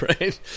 right